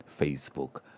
Facebook